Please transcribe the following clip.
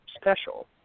special